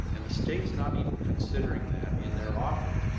and the state is not even considering that in their offer.